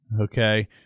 Okay